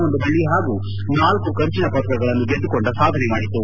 ಒಂದು ಬೆಳ್ಳಿ ಹಾಗೂ ನಾಲ್ಲು ಕಂಚಿನ ಪದಕಗಳನ್ನು ಗೆದ್ದುಕೊಂಡ ಸಾಧನೆ ಮಾಡಿತು